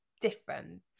different